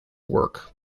work